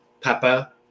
peppa